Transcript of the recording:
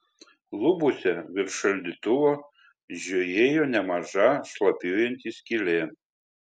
lubose virš šaldytuvo žiojėjo nemaža šlapiuojanti skylė